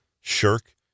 shirk